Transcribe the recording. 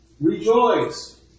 Rejoice